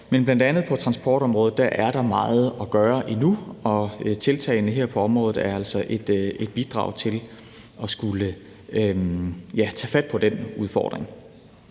men bl.a. på transportområdet er der meget at gøre endnu, og tiltagene her på området er altså et bidrag til at skulle tage fat på den udfordring.